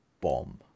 bomb